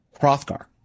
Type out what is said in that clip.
Hrothgar